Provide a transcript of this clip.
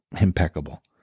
impeccable